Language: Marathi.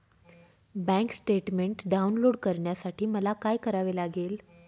बँक स्टेटमेन्ट डाउनलोड करण्यासाठी मला काय करावे लागेल?